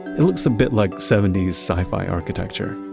it looks a bit like seventy s sci-fi architecture.